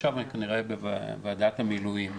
עכשיו אני כנראה אהיה בוועדת מילואים.